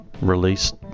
released